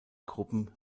gruppen